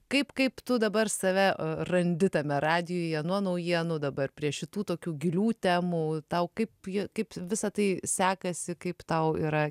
kaip kaip tu dabar save randi tame radijuje nuo naujienų dabar prie šitų tokių gilių temų tau kaip ji kaip visa tai sekasi kaip tau yra